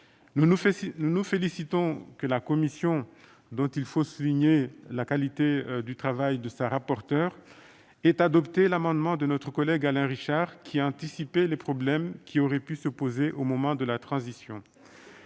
Nous nous félicitons de ce que la commission- je souligne la qualité du travail de Mme la rapporteure -ait adopté l'amendement de notre collègue Alain Richard visant à anticiper les problèmes qui auraient pu se poser au moment de la transition.